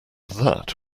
that